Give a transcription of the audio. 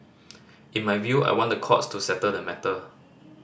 in my view I want the courts to settle the matter